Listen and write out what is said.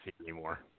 anymore